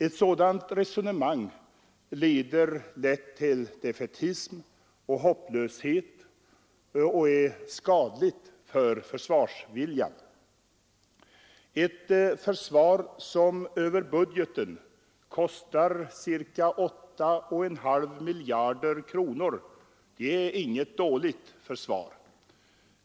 Ett sådant resonemang leder lätt till defaitism och hopplöshet och är skadligt för försvarsviljan. Ett försvar som över budgeten kostar ca 8,5 miljarder kronor är inget dåligt försvar.